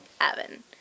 Evan